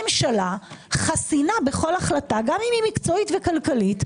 ממשלה חסינה בכל החלטה גם אם היא מקצועית וכלכלית,